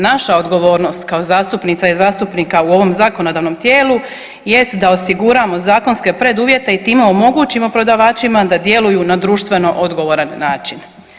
Naša odgovornost kao zastupnica i zastupnika u ovom zakonodavnom tijelu jest da osiguramo zakonske preduvjete i time omogućimo prodavačima da djeluju na društveno odgovoran način.